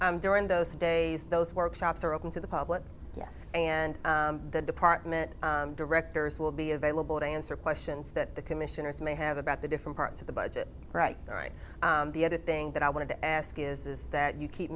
there in those days those workshops are open to the public yes and the department directors will be available to answer questions that the commissioners may have about the different parts of the budget right there right the other thing that i wanted to ask is that you keep